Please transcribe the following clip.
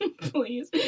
please